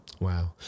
Wow